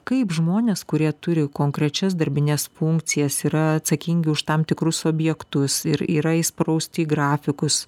kaip žmonės kurie turi konkrečias darbines funkcijas yra atsakingi už tam tikrus objektus ir yra įsprausti į grafikus